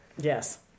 Yes